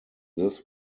this